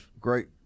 great